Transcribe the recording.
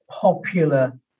popular